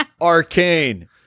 arcane